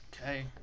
Okay